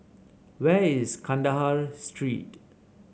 where is Kandahar Street